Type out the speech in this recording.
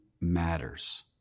matters